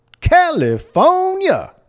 California